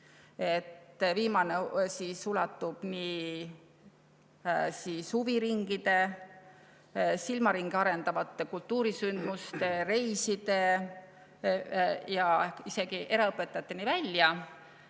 Viimane ulatub huviringide, silmaringi arendavate kultuurisündmuste, reiside ja isegi eraõpetajateni välja.